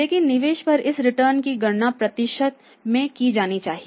लेकिन निवेश पर इस रिटर्न की गणना प्रतिशत में की जानी चाहिए